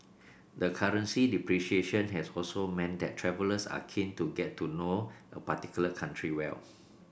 the currency depreciation has also meant that travellers are keen to get to know a particular country well